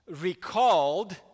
recalled